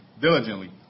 diligently